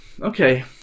okay